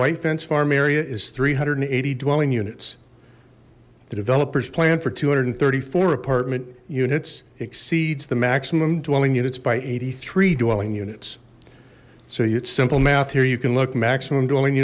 white fence farm area is three hundred and eighty dwelling units the developers plan for two hundred and thirty four apartment units exceeds the maximum dwelling units by eighty three dwelling units so it's simple math here you can look maximum